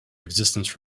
existence